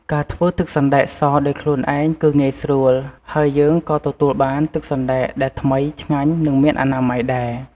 ការធ្វើទឹកសណ្តែកសដោយខ្លួនឯងគឺងាយស្រួល ហើយយើងក៏ទទួលបានទឹកសណ្ដែកដែលថ្មីឆ្ងាញ់ និងមានអនាម័យដែរ។